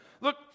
Look